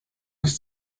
des